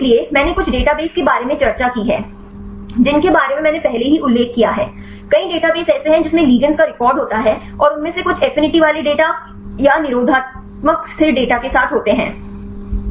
इसलिए मैंने कुछ डेटाबेस के बारे में चर्चा की है जिनके बारे में मैंने पहले ही उल्लेख किया है कई डेटाबेस ऐसे हैं जिनमें लिगेंड्स का रिकॉर्ड होता है और उनमें से कुछ एफिनिटी वाले डेटा या निरोधात्मक स्थिर डेटा के साथ होते हैं